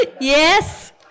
Yes